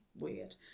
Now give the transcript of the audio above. weird